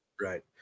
Right